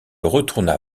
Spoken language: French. retourna